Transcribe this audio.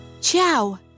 ciao